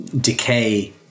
decay